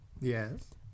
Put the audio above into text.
yes